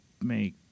make